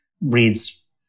reads